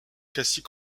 cassie